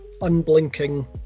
unblinking